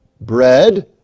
bread